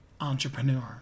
entrepreneur